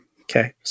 okay